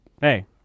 hey